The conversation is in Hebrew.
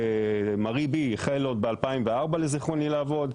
מארי-B החל עוד ב-2004 לזיכרוני לעבוד.